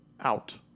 out